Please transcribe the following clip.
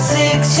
six